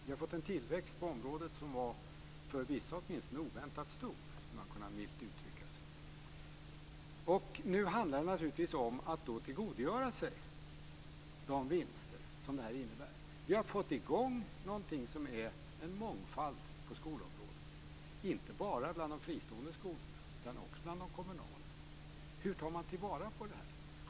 Vi har fått en tillväxt på området som åtminstone för vissa var oväntat stor, milt uttryckt. Nu handlar det naturligtvis om att tillgodogöra sig de vinster som det här innebär. Vi har fått i gång någonting som är en mångfald på skolområdet, inte bara bland de fristående skolorna utan också bland de kommunala. Hur tar man vara på det här?